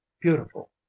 beautiful